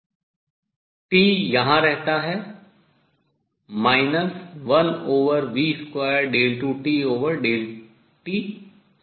T यहाँ रहता है